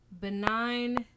benign